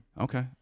Okay